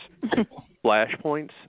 flashpoints